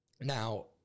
Now